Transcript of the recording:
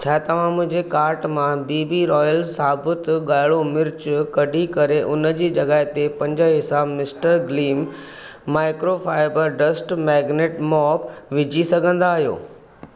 छा तव्हां मुंहिंजे कार्ट मां बी बी रॉयल साबुत ॻाढ़ो मिर्चु कढी करे उन जी जॻहि ते पंज हिसा mister Gleam microfibre dust magnet mop विझी सघंदा आहियो